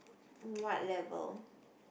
what level